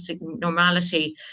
normality